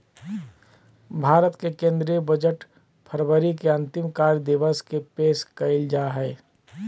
भारत के केंद्रीय बजट फरवरी के अंतिम कार्य दिवस के पेश कइल जा हइ